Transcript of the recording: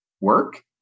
work